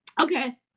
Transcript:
okay